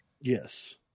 yes